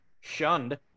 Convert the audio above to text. shunned